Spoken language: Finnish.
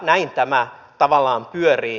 näin tämä tavallaan pyörii